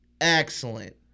excellent